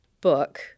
book